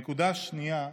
נקודה שנייה,